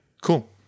Cool